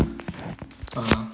(uh huh)